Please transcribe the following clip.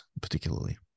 particularly